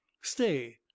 stay